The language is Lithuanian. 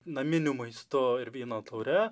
naminiu maistu ir vyno taure